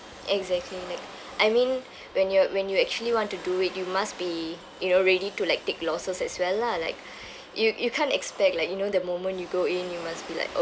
exactly like I mean when you when you actually want to do it you must be you know ready to like take losses as well lah like you you can't expect like you know the moment you go in you must be like oh